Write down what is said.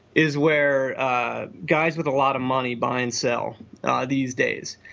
is where ah guys with a lot of money buy and sell these days.